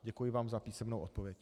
Děkuji vám za písemnou odpověď.